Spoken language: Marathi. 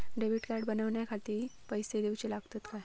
डेबिट कार्ड बनवण्याखाती पैसे दिऊचे लागतात काय?